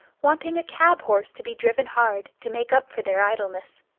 wanting a cab horse to be driven hard, to make up for their idleness.